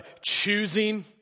choosing